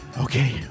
Okay